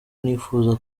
nifuza